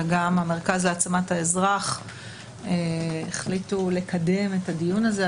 וגם המרכז להעצמת האזרח החליטו לקדם את הדיון הזה.